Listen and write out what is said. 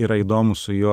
yra įdomu su juo